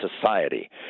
society